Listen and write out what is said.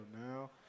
now